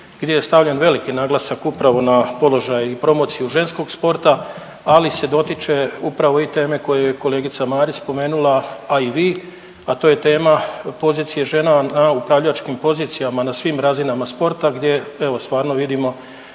gdje je stavljen veliki naglasak upravo na položaj i promociju ženskog sporta, ali se dotiče upravo i teme koju je kolegica Marić spomenula, a i vi, a to je tema pozicije žena na upravljačkim pozicijama na svima razinama sporta gdje evo stvarno vidimo